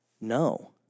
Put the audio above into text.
No